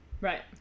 Right